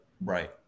Right